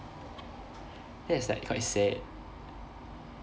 that's like quite sad